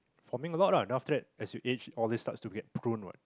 forming a lot ah then after that as you aged all this starts to get prune what